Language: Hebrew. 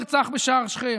נרצח בשער שכם.